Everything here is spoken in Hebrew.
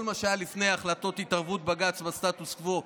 כל מה שהיה לפני החלטות והתערבות בג"ץ בסטטוס קוו,